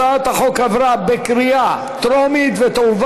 הצעת החוק עברה בקריאה טרומית ותועבר